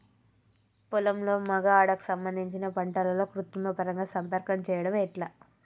పొలంలో మగ ఆడ కు సంబంధించిన పంటలలో కృత్రిమ పరంగా సంపర్కం చెయ్యడం ఎట్ల?